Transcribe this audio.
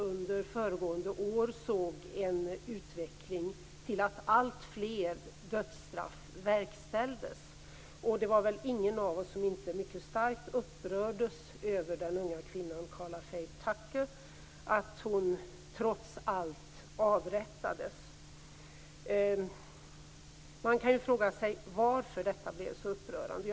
Under föregående år såg vi en utveckling mot att alltfler dödsstraff verkställdes. Det var väl ingen av oss som inte mycket starkt upprördes över att den unga kvinnan Karla Faye Tucker trots allt avrättades. Man kan fråga sig varför detta blev så upprörande.